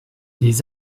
les